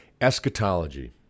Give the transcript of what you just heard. Eschatology